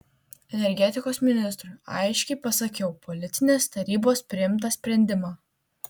energetikos ministrui aiškiai pasakiau politinės tarybos priimtą sprendimą